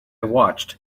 watched